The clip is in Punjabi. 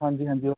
ਹਾਂਜੀ ਹਾਂਜੀ ਉਹ